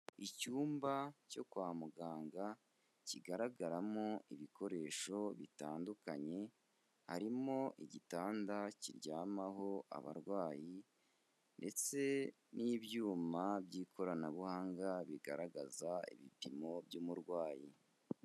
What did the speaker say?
Icyumba cyo kwa muganga kigaragaramo ibikoresho bitandukanye, harimo igitanda kiryamaho abarwayi ndetse n'ibyuma by'ikoranabuhanga bigaragaza ibipimo by'umurwayi.